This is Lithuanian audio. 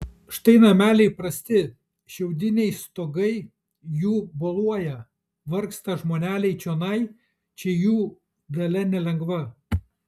štai nameliai prasti šiaudiniai stogai jų boluoja vargsta žmoneliai čionai čia jų dalia nelengva